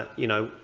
you know,